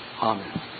Amen